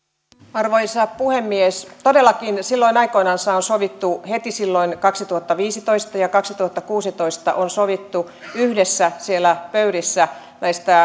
arvoisa puhemies todellakin silloin aikoinansa heti silloin kaksituhattaviisitoista ja ja kaksituhattakuusitoista on sovittu siellä yhteisissä pöydissä